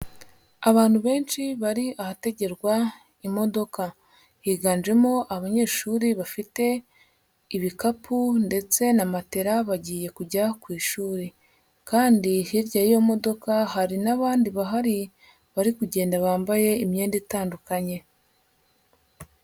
Abantu benshi bari ahategerwa imodoka, higanjemo abanyeshuri bafite ibikapu ndetse na materab agiye kujya ku ishuri, kandi hirya y'iyo modoka hari n'abandi bahari bari kugenda bambaye imyenda itandukanye.